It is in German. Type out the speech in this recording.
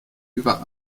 über